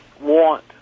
want